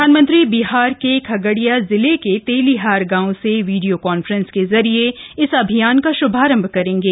प्रधानमंत्री बिहार के खगड़िया जिले के तेलीहार गांव से वीडियो कांफ्रेंस के जरिए इस अभियान का श्भारंभ करेंगे